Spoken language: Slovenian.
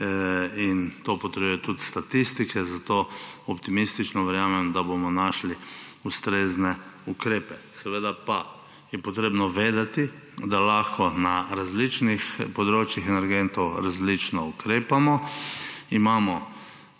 in to potrjujejo tudi statistike, zato optimistično verjamem, da bomo našli ustrezne ukrepe. Seveda pa je potrebno vedeti, da lahko na različnih področjih energentov različno ukrepamo. Imamo